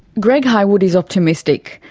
greg hywood is optimistic,